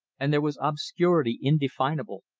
and there was obscurity indefinable,